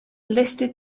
listed